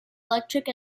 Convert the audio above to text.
electric